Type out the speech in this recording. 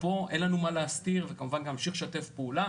אין לנו מה להסתיר, וכמובן גם נמשיך לשתף פעולה.